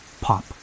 pop